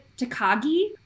Takagi